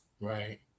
right